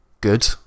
good